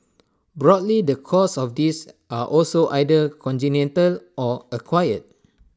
broadly the causes of this are also either congenital or acquired